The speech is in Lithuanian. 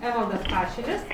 evaldas pašilis